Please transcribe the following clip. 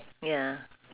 ya